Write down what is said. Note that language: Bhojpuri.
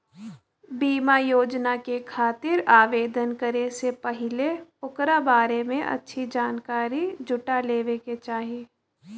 बीमा योजना के खातिर आवेदन करे से पहिले ओकरा बारें में अच्छी जानकारी जुटा लेवे क चाही